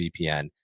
VPN